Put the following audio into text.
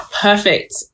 Perfect